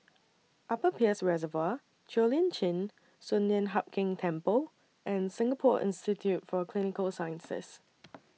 Upper Peirce Reservoir Cheo Lim Chin Sun Lian Hup Keng Temple and Singapore Institute For Clinical Sciences